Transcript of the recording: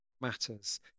matters